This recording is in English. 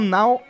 now